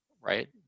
right